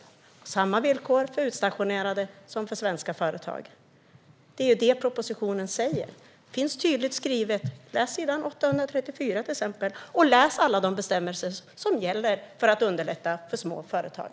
Det ska gälla samma villkor för utstationerade som för svenska företag. Det är det propositionen säger, och det finns tydligt skrivet. Läs till exempel s. 834! Och läs alla de bestämmelser som handlar om att underlätta för små företag!